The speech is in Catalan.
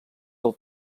del